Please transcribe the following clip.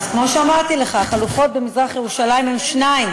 אז כמו שאמרתי לך: החלופות במזרח-ירושלים הן שתיים.